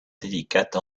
délicate